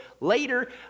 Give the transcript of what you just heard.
later